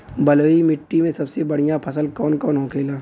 बलुई मिट्टी में सबसे बढ़ियां फसल कौन कौन होखेला?